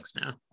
now